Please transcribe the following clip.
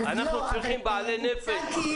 אנחנו צריכים בעלי נפש.